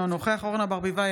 אינו נוכח אורנה ברביבאי,